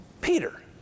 Peter